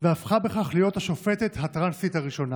והפכה בכך להיות השופטת הטרנסית הראשונה.